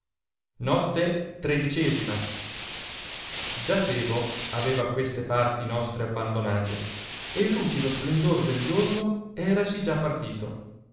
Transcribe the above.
z a già febo aveva queste parti nostre abbandonate e il lucido splendor del giorno erasi già partito